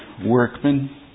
workmen